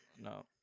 no